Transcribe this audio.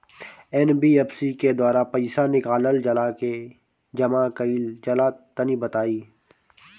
NBFC के द्वारा पईसा निकालल जला की जमा कइल जला तनि बताई?